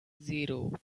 zero